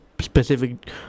specific